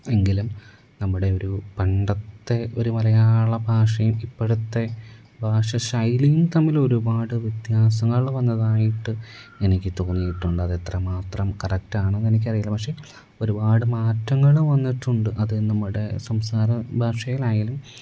എങ്കിലും നമ്മുടെ ഒരു പണ്ടത്തെ ഒരു മലയാള ഭാഷയും ഇപ്പോഴത്തെ ഭാഷ ശൈലിയും തമ്മിൽ ഒരുപാട് വ്യത്യാസങ്ങൾ വന്നതായിട്ട് എനിക്ക് തോന്നിയിട്ടുണ്ട് അത് എത്രമാത്രം കറക്ടാണെന്നെനിക്കറിയില്ല പക്ഷേ ഒരുപാട് മാറ്റങ്ങള് വന്നിട്ടുണ്ട് അതു നമ്മളുടെ സംസാരഭാഷയിലായാലും